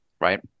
right